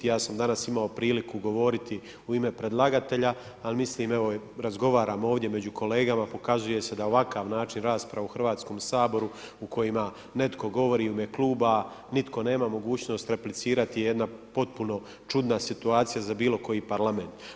Ja sam danas imao priliku govoriti u ime predlagatelja, ali mislim, evo razgovaram ovdje među kolegama, pokazuje se da ovakav način rasprave u Hrvatskom saboru u kojima netko govori u ime kluba, nitko nema mogućnost replicirati je jedna potpuno čudna situacija za bilo koji parlament.